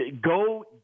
go